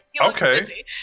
Okay